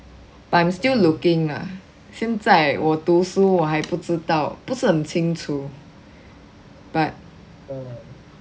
but I'm still looking lah 现在我读书我还不知道不是很清楚 but